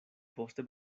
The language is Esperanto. poste